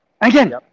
Again